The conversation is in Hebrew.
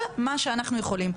כל מה שאנחנו יכולים,